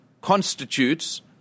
constitutes